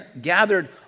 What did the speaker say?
gathered